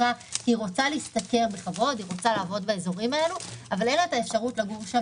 תעסוקה אבל אין לה את האפשרות לקנות שם